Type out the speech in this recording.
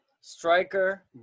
striker